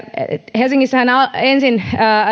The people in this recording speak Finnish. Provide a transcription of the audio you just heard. helsingissähän ensin